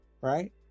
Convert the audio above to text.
right